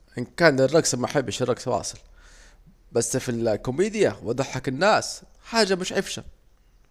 ان كان الرجص محبش الرجص واصل، بس في الكوميديا حاجة ضحك الناس وحاجة مش عفشة